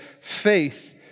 faith